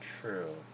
True